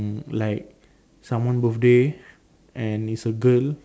mm like someone birthday and it's a girl